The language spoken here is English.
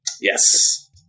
Yes